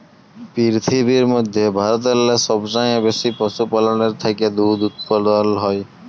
পিরথিবীর ম্যধে ভারতেল্লে সবচাঁয়ে বেশি পশুপাললের থ্যাকে দুহুদ উৎপাদল হ্যয়